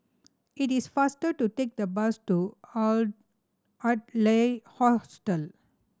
it is faster to take the bus to Adler Hostel